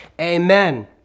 amen